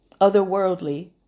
otherworldly